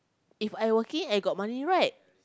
If I working I got money right